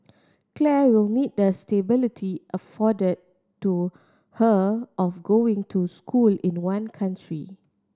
Claire will need the stability afforded to her of going to school in one country